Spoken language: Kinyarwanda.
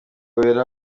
wera